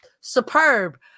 superb